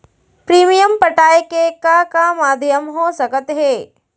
Premium पटाय के का का माधयम हो सकत हे?